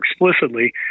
explicitly